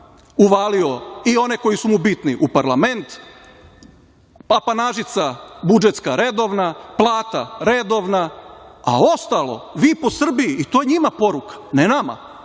uvalio i one koji su mu bitni u parlament. Apanažica budžetska redovna, plata redovna, a ostalo vi po Srbiji, i to njima poruka, ne nama,